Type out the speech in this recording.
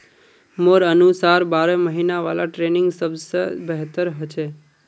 मोर अनुसार बारह महिना वाला ट्रेनिंग सबस बेहतर छ